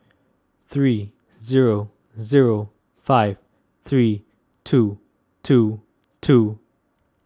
three zero zero five three two two two